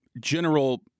general